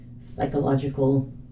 psychological